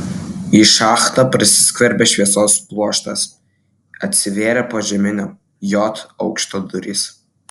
į šachtą prasiskverbė šviesos pluoštas atsivėrė požeminio j aukšto durys